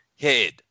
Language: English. head